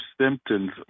symptoms